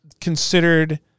considered